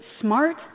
smart